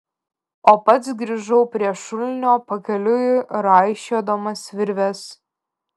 o pats grįžau prie šulinio pakeliui raišiodamas virves